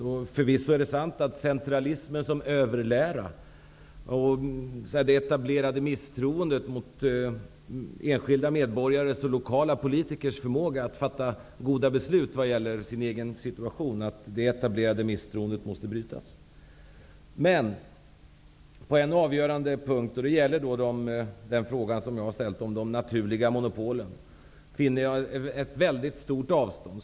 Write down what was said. Det är förvisso sant att tron på centralismen som överlära och det etablerade misstroendet mot enskilda medborgares och lokala politikers förmåga att fatta goda beslut vad gäller sin egen situation måste brytas. På en avgörande punkt -- det gäller den fråga som jag har ställt om de naturliga monopolen -- finner jag ett stort avstånd.